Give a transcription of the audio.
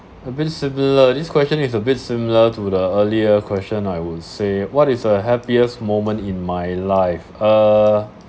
a bit similar this question is a bit similar to the earlier question I would say what is the happiest moment in my life uh